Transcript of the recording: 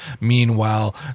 Meanwhile